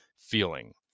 feeling